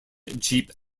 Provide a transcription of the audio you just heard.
jeep